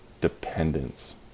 dependence